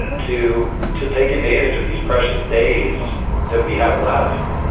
and to to take advantage of these precious days that we have left.